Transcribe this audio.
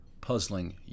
puzzling